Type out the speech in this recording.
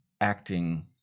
acting